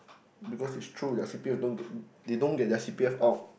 because it's true their C_P_F don't get they don't get their C_P_F out